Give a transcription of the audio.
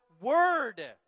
word